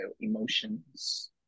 emotions